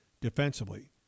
defensively